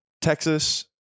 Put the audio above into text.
Texas